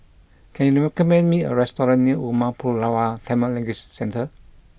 can you recommend me a restaurant near Umar Pulavar Tamil Language Centre